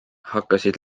hakkasid